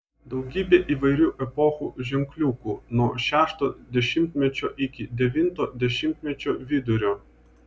daugybė įvairių epochų ženkliukų nuo šešto dešimtmečio iki devinto dešimtmečio vidurio